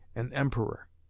an emperor.